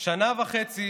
שנה וחצי